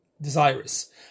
desirous